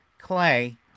Clay